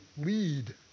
lead